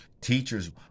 Teachers